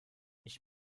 ich